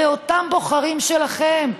הרי אותם בוחרים שלכם,